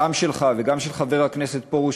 גם שלך וגם של חבר הכנסת פרוש,